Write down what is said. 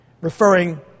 referring